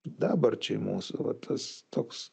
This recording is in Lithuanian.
dabarčiai mūsų va tas toks